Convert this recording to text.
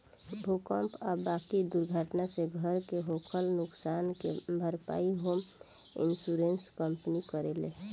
भूकंप आ बाकी दुर्घटना से घर के होखल नुकसान के भारपाई होम इंश्योरेंस कंपनी करेले